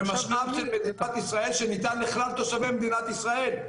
זהו משאב של מדינת ישראל שניתן לכלל תושבי מדינת ישראל.